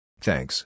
Thanks